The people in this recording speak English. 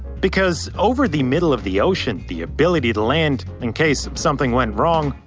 because over the middle of the ocean, the ability to land in case something went wrong,